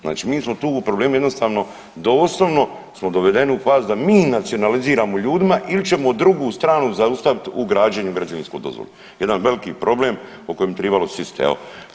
Znači mi smo tu u problemu jednostavno doslovno smo dovedeni u fazu da mi nacionaliziramo ljudima il ćemo drugu stranu zaustavit u građenju i građevinsku dozvolu, jedan veliki problem o kojem bi tribalo sist evo.